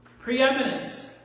Preeminence